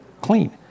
clean